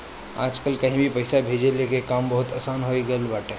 आजकल कहीं भी पईसा भेजला के काम बहुते आसन हो गईल बाटे